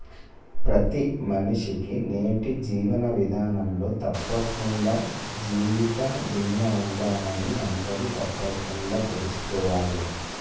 ప్రతి మనిషికీ నేటి జీవన విధానంలో తప్పకుండా జీవిత బీమా ఉండాలని అందరూ తప్పకుండా తెల్సుకోవాలే